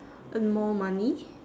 earn more money